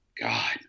God